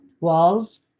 walls